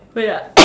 wait lah